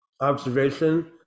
observation